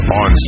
on